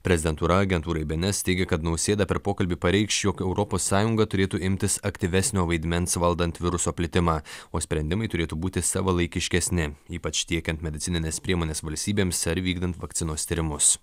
prezidentūra agentūrai bns teigė kad nausėda per pokalbį pareikš jog europos sąjunga turėtų imtis aktyvesnio vaidmens valdant viruso plitimą o sprendimai turėtų būti savalaikiškesni ypač tiekiant medicinines priemones valstybėms ar vykdant vakcinos tyrimus